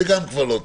זה גם כבר לא טוב.